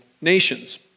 nations